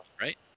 right